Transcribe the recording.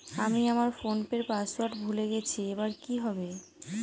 আমি আমার ফোনপের পাসওয়ার্ড ভুলে গেছি এবার কি হবে?